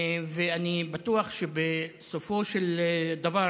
ואני בטוח שבסופו של דבר